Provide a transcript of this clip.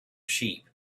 sheep